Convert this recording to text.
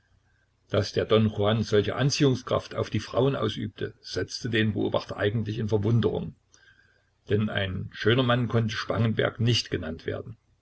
daß der don juan solche anziehungskraft auf die frauen ausübte setzte den beobachter eigentlich in verwunderung denn ein schöner mann konnte spangenberg nicht genannt werden